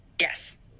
yes